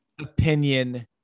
Opinion